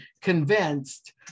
convinced